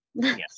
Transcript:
Yes